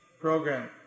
program